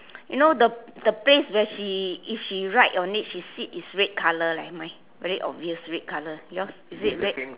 you know the the place where she if she ride on it she sit is red color leh mine very obvious red color yours is it red